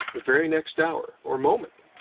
the very next hour, or moment.